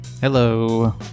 Hello